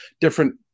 different